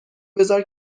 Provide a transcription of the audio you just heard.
بزار